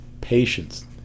Patience